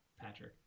Patrick